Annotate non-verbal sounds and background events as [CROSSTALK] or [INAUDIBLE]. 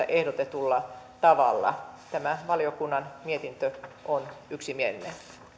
[UNINTELLIGIBLE] ehdotetulla tavalla tämä valiokunnan mietintö on yksimielinen